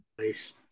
Nice